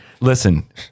Listen